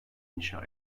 inşa